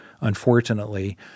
unfortunately